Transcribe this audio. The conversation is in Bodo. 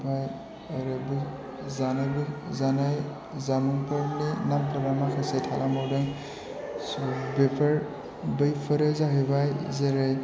ओमफाय ओरैबो जानायबो जानाय जामुंफोरनि नामफोरा माखासे थालांबावदों स' बेफोर बैफोरो जाहैबाय जेरै